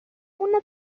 una